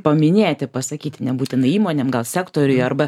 paminėti pasakyti nebūtinai įmonėm gal sektoriui arba